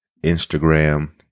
Instagram